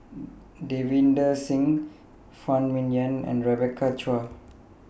Davinder Singh Phan Ming Yen and Rebecca Chua